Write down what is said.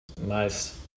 Nice